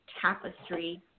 tapestry